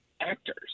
actors